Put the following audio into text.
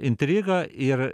intriga ir